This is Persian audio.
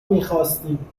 میخواستیم